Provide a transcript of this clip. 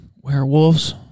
Werewolves